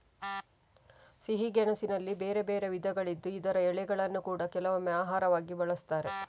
ಸಿಹಿ ಗೆಣಸಿನಲ್ಲಿ ಬೇರೆ ಬೇರೆ ವಿಧಗಳಿದ್ದು ಇದರ ಎಲೆಗಳನ್ನ ಕೂಡಾ ಕೆಲವೊಮ್ಮೆ ಆಹಾರವಾಗಿ ಬಳಸ್ತಾರೆ